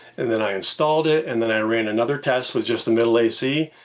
and then i installed it, and then i ran another test with just the middle a c.